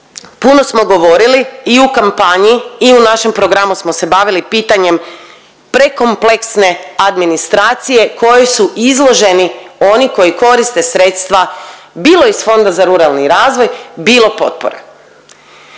puno smo govorili i u kampanji i u našem programu smo se bavili pitanjem prekompleksne administracije kojoj su izloženi oni koji koriste sredstva bilo iz Fonda za ruralni razvoj, bilo potpora.